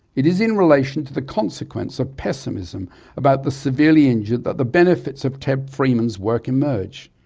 it is in relation to the consequence of pessimism about the severely injured that the benefits of ted freeman's work emerge.